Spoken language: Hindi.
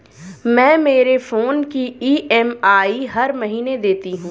मैं मेरे फोन की ई.एम.आई हर महीने देती हूँ